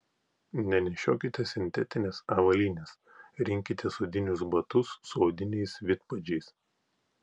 nenešiokite sintetinės avalynės rinkitės odinius batus su odiniais vidpadžiais